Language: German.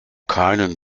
keinen